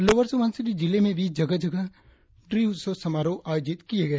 lower Subansiri जिले में भी जगह जगह ड्री उत्सव समारोह आयोजित किए गए